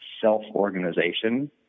self-organization